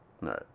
Right